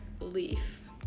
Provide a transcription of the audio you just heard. Leaf